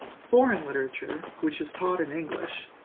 foreign literature which is taught in english,